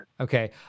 Okay